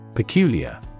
Peculiar